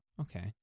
okay